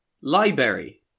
Library